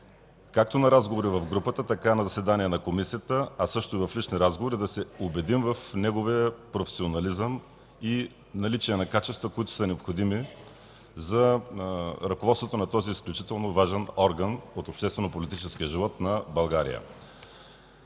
както на разговори в групата, така и на заседание на Комисията, а също и в лични разговори, да се убедим в неговия професионализъм и наличие на качества, които са необходими за ръководството на този изключително важен орган от обществено-политическия живот на България.